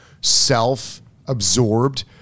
self-absorbed